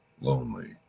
lonely